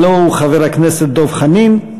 הלוא הוא חבר הכנסת דב חנין.